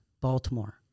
Baltimore